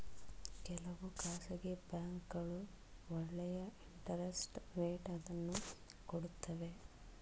ಕೆಲವು ಖಾಸಗಿ ಬ್ಯಾಂಕ್ಗಳು ಒಳ್ಳೆಯ ಇಂಟರೆಸ್ಟ್ ರೇಟ್ ಅನ್ನು ಕೊಡುತ್ತವೆ